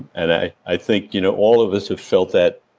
and i i think you know all of us have felt that,